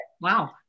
Wow